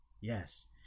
Yes